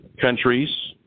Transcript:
countries